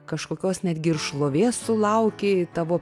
kažkokios netgi ir šlovės sulaukei tavo